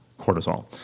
cortisol